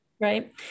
Right